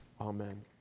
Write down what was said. Amen